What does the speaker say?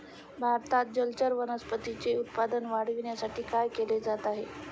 भारतात जलचर वनस्पतींचे उत्पादन वाढविण्यासाठी काय केले जात आहे?